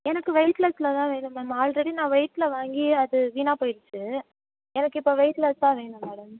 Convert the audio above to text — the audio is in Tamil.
எனக்கு வெயிட்லஸ்சில் தான் வேணும் மேம் ஆல்ரெடி நான் வெயிட்டில் வாங்கி அது வீணாகப் போயிடுச்சு எனக்கு இப்போது வெயிட்லஸ் தான் வேணும் மேடம்